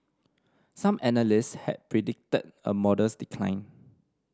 some analysts had predicted a modest decline